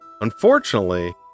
Unfortunately